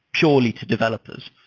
purely, to developers.